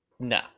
No